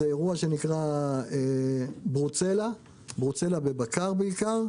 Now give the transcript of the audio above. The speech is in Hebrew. ברוצלה בבקר.